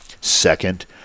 second